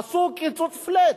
עשו קיצוץ flat.